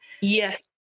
Yes